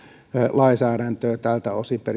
lainsäädäntöä tältä osin eli